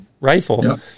rifle